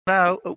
Now